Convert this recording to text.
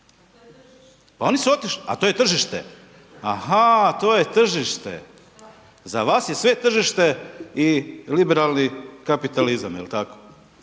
pa oni su otišli, a to je tržište, aha to je tržište, za vas je sve tržište i liberalni kapitalizam, jel tako.